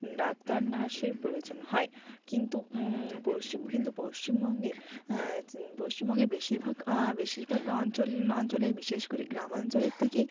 doctor নার্সের প্রয়োজন হয় কিন্তু পশ্চিম কিন্তু পশ্চিমবঙ্গে পশ্চিমবঙ্গে বেশিরভাগ বেশিরভাগ অঞ্চল অঞ্চলে বিশেষ করে গ্রামাঞ্চলের দিকে